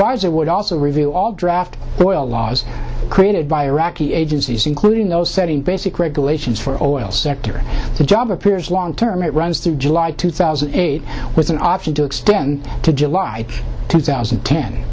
there would also review all draft oil laws created by iraqi agencies including those setting basic regulations for all sector job appears long term it runs through july two thousand and eight with an option to extend to july two thousand and ten